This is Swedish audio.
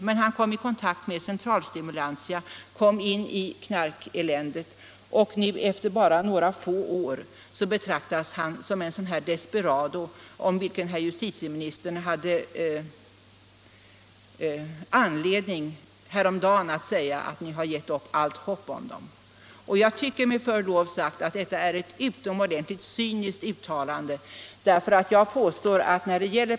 Men han kom i kontakt med centralstimulantia, kom in i knarkeländet, och nu efter bara några få år betraktas han som en av de desperados, om vilka herr justitieministern häromdagen hade anledning uttala att han givit upp allt hopp. Jag tycker med förlov sagt att det är ett utomordentligt cyniskt uttalande.